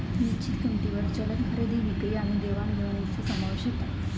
निश्चित किंमतींवर चलन खरेदी विक्री आणि देवाण घेवाणीचो समावेश होता